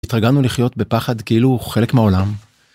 התרגלנו לחיות בפחד כאילו חלק מהעולם...